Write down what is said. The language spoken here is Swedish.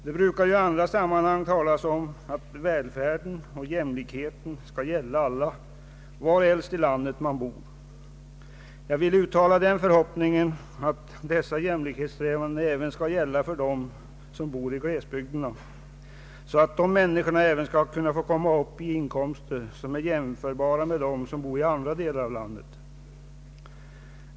Det brukar i andra sammanhang talas om att välfärden och jämlikheten skall gälla alla, varhelst i landet de bor. Jag vill uttala den förhoppningen att dessa jämlikhetssträvanden även skall gälla för dem som bor i glesbygderna, så att dessa människor också skall få komma upp i inkomster som är jämförbara med dem som människor har som bor i andra delar av landet.